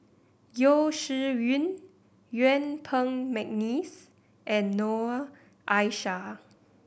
Yeo Shih Yun Yuen Peng McNeice and Noor Aishah